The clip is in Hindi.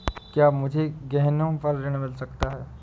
क्या मुझे गहनों पर ऋण मिल सकता है?